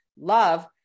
love